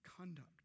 Conduct